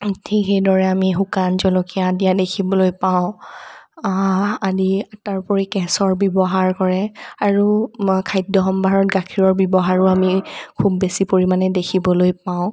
ঠিক সেইদৰে আমি শুকান জলকীয়া দিয়া দেখিবলৈ পাওঁ আদি তাৰোপৰি কেশৰ ব্যৱহাৰ কৰে আৰু খাদ্য সম্ভাৰত গাখীৰৰ ব্যৱহাৰো আমি খুব বেছি পৰিমাণে দেখিবলৈ পাওঁ